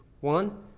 One